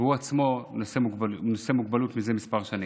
הוא עצמו נושא מוגבלות זה כמה שנים.